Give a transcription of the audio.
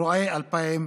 אירועי 2011